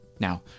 Now